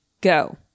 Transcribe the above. go